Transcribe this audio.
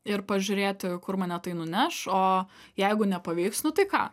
ir pažiūrėti kur mane tai nuneš o jeigu nepavyks nu tai ką